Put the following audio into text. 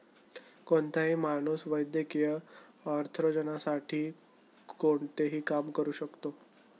कोणताही माणूस वैयक्तिक अर्थार्जनासाठी कोणतेही काम करू शकतो